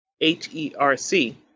H-E-R-C